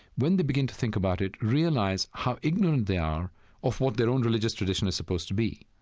when they begin to think about it, realize how ignorant they are of what their own religious tradition is supposed to be,